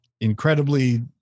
incredibly